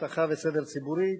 אבטחה וסדר ציבורי),